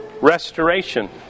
restoration